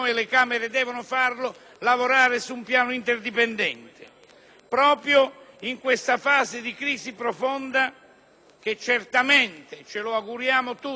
Proprio in questa fase di crisi profonda, che certamente - ce lo auguriamo tutti - troverà un punto conclusivo, il nostro Stato